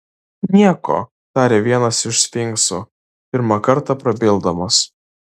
nieko tarė vienas iš sfinksų pirmą kartą prabildamas